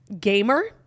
Gamer